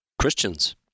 Christians